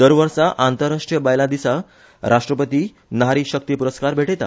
दर वर्सा आंतरराष्ट्रीय बायलां दिसा राष्ट्रपती नारी शक्ती पुरस्कार भेटयता